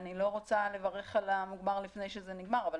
אני לא רוצה לברך על המוגמר לפני שזה נגמר, אבל